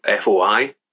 FOI